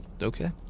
Okay